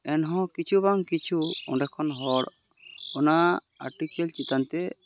ᱮᱱᱦᱚᱸ ᱠᱤᱪᱷᱩ ᱵᱟᱝ ᱠᱤᱪᱷᱩ ᱚᱸᱰᱮ ᱠᱷᱚᱱ ᱦᱚᱲ ᱚᱱᱟ ᱟᱨᱴᱤᱠᱮᱞ ᱪᱮᱛᱟᱱ ᱛᱮ